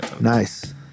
nice